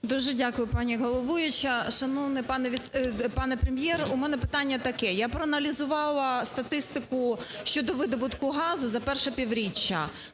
Дуже дякую, пані головуюча. Шановний пане Прем’єр, у мене питання таке. Я проаналізувала статистику щодо видобутку газу на перше півріччя.